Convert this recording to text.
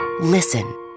listen